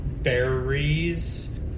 berries